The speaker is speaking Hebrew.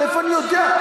מאיפה אני יודע,